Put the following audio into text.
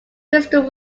bristol